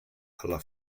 alla